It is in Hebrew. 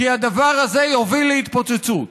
כי הדבר הזה יוביל להתפוצצות.